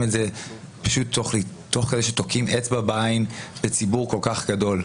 את זה תוך כדי שתוקעים אצבע בעין לציבור כל כך גדול.